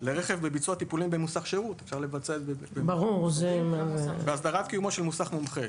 לרכב בביצוע טיפולים במוסך שירות של היבואן והסדרת קיומו של מוסך מומחה.